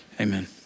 amen